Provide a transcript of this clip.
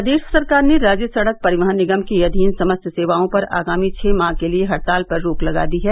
प्रदेश सरकार ने राज्य सड़क परिवहन निगम के अधीन समस्त सेवाओं पर आगामी छह माह के लिये हड़ताल पर रोक लगा दी है